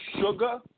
sugar